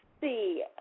see